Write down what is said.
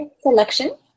selection